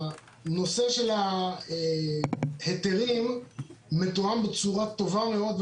שהנושא של ההיתרים מתואם בצורה טובה מאוד,